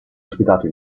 ospitato